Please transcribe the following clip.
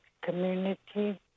community